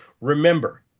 Remember